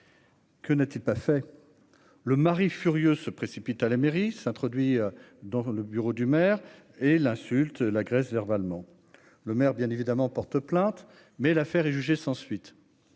Que n'a-t-il pas fait le mari furieuse se précipite à la mairie s'introduit dans le bureau du maire et l'insulte, la Grèce verbalement le maire bien évidemment porte plainte, mais l'affaire est jugée sans suite,